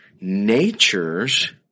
natures